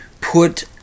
put